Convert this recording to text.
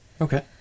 Okay